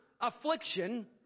affliction